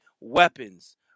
weapons